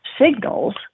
signals